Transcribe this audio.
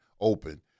open